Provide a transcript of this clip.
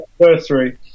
anniversary